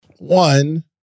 One